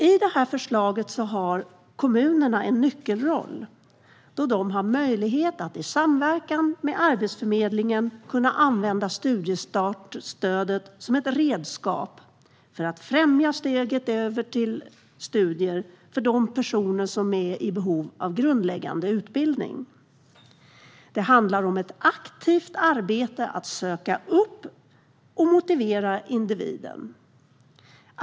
I förslaget har kommunerna en nyckelroll då de har möjlighet att i samverkan med Arbetsförmedlingen använda studiestartsstödet som ett redskap för att främja steget över till studier för de personer som är i behov av grundläggande utbildning. Det handlar om ett aktivt arbete för att söka upp och motivera individer.